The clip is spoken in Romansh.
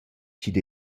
chi’d